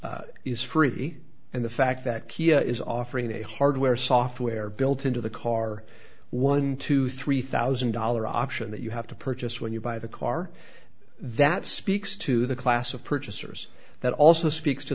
is free and the fact that kiya is offering a hardware software built into the car one dollar to three thousand dollars option that you have to purchase when you buy the car that speaks to the class of purchasers that also speaks to